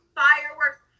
fireworks